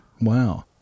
Wow